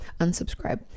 Unsubscribe